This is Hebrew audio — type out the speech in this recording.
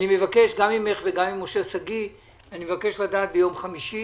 מבקש גם ממך וגם ממשה שגיא לדעת ביום חמישי